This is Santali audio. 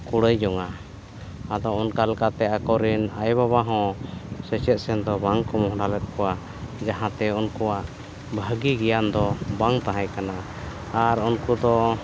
ᱠᱩᱲᱟᱹᱭ ᱡᱚᱝᱟ ᱟᱫᱚ ᱚᱱᱠᱟ ᱞᱮᱠᱟᱛᱮ ᱟᱠᱚ ᱨᱤᱱ ᱟᱭᱳ ᱵᱟᱵᱟ ᱦᱚᱸ ᱥᱮᱪᱮᱫ ᱥᱮᱱ ᱫᱚ ᱵᱟᱝᱠᱚ ᱢᱚᱦᱰᱟ ᱞᱮᱫ ᱠᱚᱣᱟ ᱡᱟᱦᱟᱸᱛᱮ ᱩᱱᱠᱩᱣᱟᱜ ᱵᱷᱟᱹᱜᱤ ᱜᱮᱭᱟᱱ ᱫᱚ ᱵᱟᱝ ᱛᱟᱦᱮᱸ ᱠᱟᱱᱟ ᱟᱨ ᱩᱱᱠᱩ ᱫᱚ